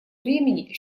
времени